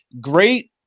Great